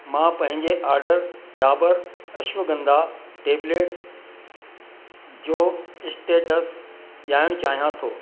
मां पंहिंजे order Dabur Ashwagandha tablets जो स्टेटस ॼाणणु चाहियां थो